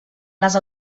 les